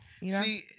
See